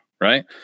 right